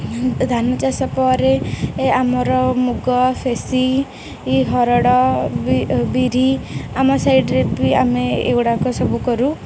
ଧାନ ଚାଷ ପରେ ଆମର ମୁଗ ଫେସି ହରଡ଼ ବିରି ଆମ ସାଇଡ଼ରେ ବି ଆମେ ଏଗୁଡ଼ାକ ସବୁ କରୁ